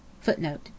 Footnote